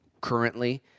currently